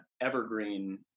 Evergreen